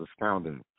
astounding